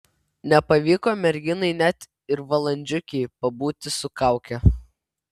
nepavyko merginai net ir valandžiukei pabūti su kauke